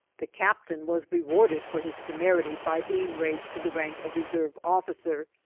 the captain was rewarded for his temerity by being raised to the rank of reserve officer,